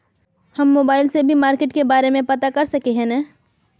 हम मोबाईल से भी मार्केट के बारे में पता कर सके है नय?